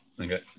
Okay